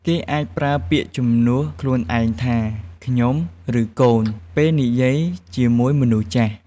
គេអាចប្រើពាក្យជំនួសខ្លួនឯងថា "ខ្ញុំ" ឬ "កូន" ពេលនិយាយជាមួយមនុស្សចាស់។